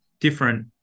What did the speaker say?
different